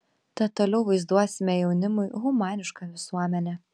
tad toliau vaizduosime jaunimui humanišką visuomenę